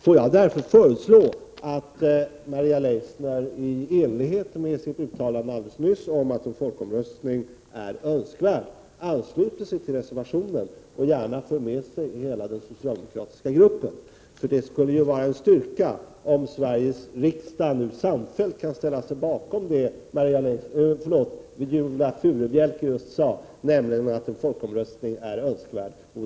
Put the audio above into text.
Låt mig därför föreslå att Viola Furubjelke i enlighet med sitt uttalande alldeles nyss om att en folkomröstning är önskvärd ansluter sig till reservationen och gärna för med sig hela den socialdemokratiska gruppen. Det skulle vara en styrka om Sveriges riksdag nu samfällt kunde ställa sig bakom det Viola Furubjelke just sade, nämligen att en folkomröstning är önskvärd.